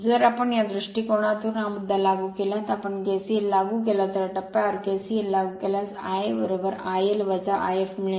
जर आपण या दृष्टीकोनातून हा मुद्दा लागू केला तर आपण KCL लागू केला तर या टप्प्यावर KCL लागू केल्यास Ia IL If मिळेल